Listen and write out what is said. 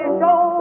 show